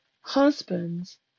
Husbands